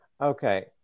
Okay